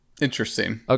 Interesting